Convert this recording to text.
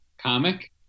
Comic